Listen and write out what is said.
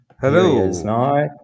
Hello